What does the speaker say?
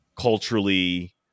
culturally